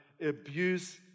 abuse